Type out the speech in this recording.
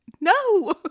no